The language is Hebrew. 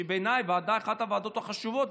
שבעיניי היא אחת הוועדות החשובות,